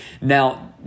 Now